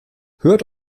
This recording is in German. hört